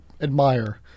admire